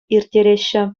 ирттереҫҫӗ